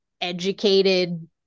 educated